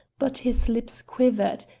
but his lips quivered,